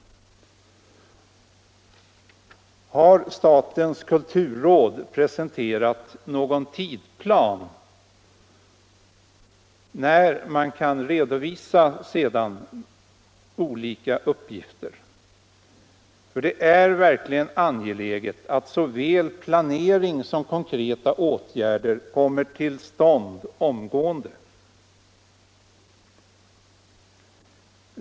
Och har statens kulturråd presenterat någon tidsplan när man sedan kan redovisa olika uppgifter? Det är verkligen angeläget att såväl planering som konkreta åtgärder kommer till stånd omgående.